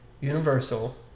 Universal